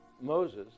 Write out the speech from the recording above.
Moses